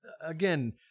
again